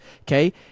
Okay